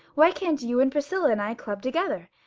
why can't you and priscilla and i club together,